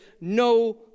no